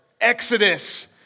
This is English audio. Exodus